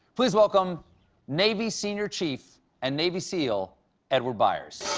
please welcome navy senior chief and navy seal edward byers.